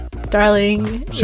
Darling